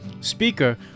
Speaker